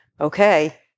Okay